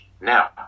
Now